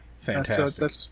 Fantastic